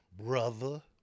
Brother